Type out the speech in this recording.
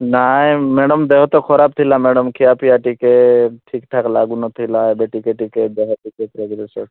ନାହିଁ ମ୍ୟାଡ଼ାମ୍ ଦେହ ତ ଖରାପ ଥିଲା ମ୍ୟାଡ଼ାମ୍ ଖିଆ ପିଆ ଟିକିଏ ଠିକ୍ ଠାକ୍ ଲାଗୁନଥିଲା ଏବେ ଟିକେ ଟିକେ ଦେହ ଟିକେ ପ୍ରୋଗ୍ରେସ୍ ଅଛି